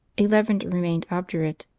eleven remained obdurate,